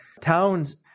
Towns